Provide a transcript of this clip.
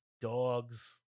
dogs